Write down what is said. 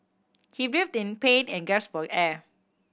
he writhed in pain and gasped for air